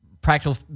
practical